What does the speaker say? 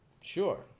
Sure